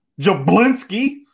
jablinski